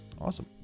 Awesome